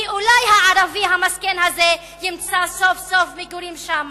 כי אולי הערבי המסכן הזה ימצא סוף-סוף מגורים שם